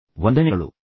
ವಂದನೆಗಳು